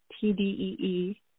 T-D-E-E